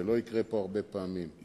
זה לא יקרה פה הרבה פעמים.